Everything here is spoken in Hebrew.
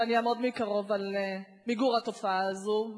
ואני אעמוד מקרוב על מיגור התופעה הזאת,